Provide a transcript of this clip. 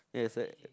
yes I I